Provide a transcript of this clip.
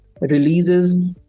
releases